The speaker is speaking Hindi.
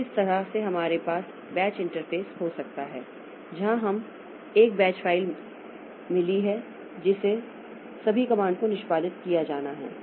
तो इस तरह से हमारे पास बैच इंटरफ़ेस हो सकता है जहां हमें एक बैच फ़ाइल मिल गई है जिसमें सभी कमांड को निष्पादित किया जाना है